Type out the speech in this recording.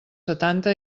setanta